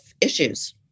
issues